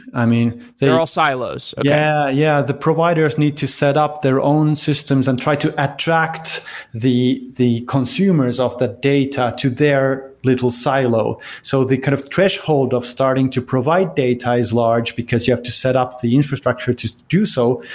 ah they're all silos. okay yeah. the providers need to set up their own systems and try to attract the the consumers of the data to their little silo. so the kind of threshold of starting to provide data is large, because you have to set up the infrastructure to do so,